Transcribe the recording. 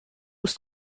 ist